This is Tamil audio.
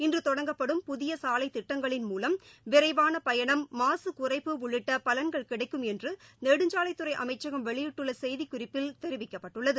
இன்று தொடங்கப்படும் புதிய சாலைத்திட்டங்களின் மூலம் விரைவான பயணம் மாக குறைப்பு உள்ளிட்ட பலன்கள் கிடைக்கும் என்று நெடுஞ்சாலைத்துறை அமைச்சகம் வெளியிட்டுள்ள செய்திக் குறிப்பில் தெரிவிக்கப்பட்டுள்ளது